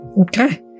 okay